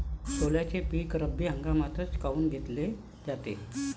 सोल्याचं पीक रब्बी हंगामातच काऊन घेतलं जाते?